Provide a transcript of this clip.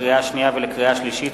לקריאה שנייה ולקריאה שלישית,